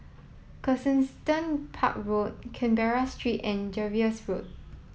Park Road Canberra Street and Jervois Road